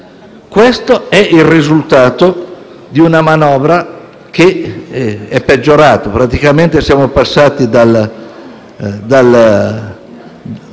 Questo è il risultato di una manovra che è peggiorata. Praticamente siamo passati dalla